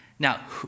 Now